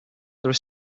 there